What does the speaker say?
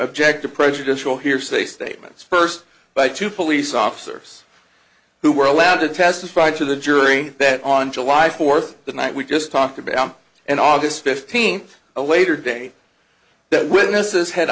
object to prejudicial hearsay statements first by two police officers who were allowed to testify to the jury that on july fourth the night we just talked about an august fifteenth a later date that witnesses had